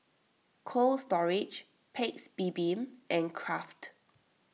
Cold Storage Paik's Bibim and Kraft